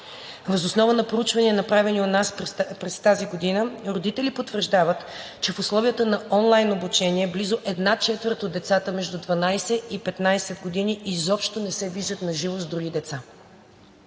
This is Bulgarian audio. Въз основа на проучванията, направени у нас през тази година, родители потвърждават, че в условията на онлайн обучение близо една четвърт от децата между 12 и 15 години изобщо не се виждат на живо с други деца.